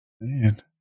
man